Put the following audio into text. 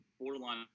borderline